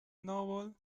noble